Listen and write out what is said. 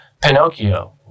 Pinocchio